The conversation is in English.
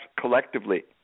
collectively